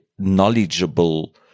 knowledgeable